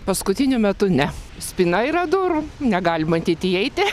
paskutiniu metu ne spyna yra durų negali matyt įeiti